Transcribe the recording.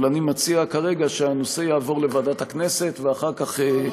אבל אני מציע כרגע שהנושא יעבור לוועדת הכנסת ואחר כך,